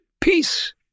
peace